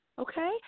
okay